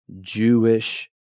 Jewish